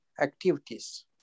activities